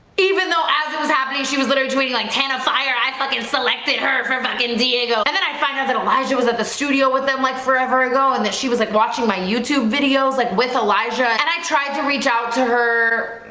even though as it was happening. she was literally tweeting like cannon fire i fucking selected her for fuckin diego and then i find out elijah was at the studio with them like forever ago and that she was like watching my youtube videos like with elijah and i tried to reach out to her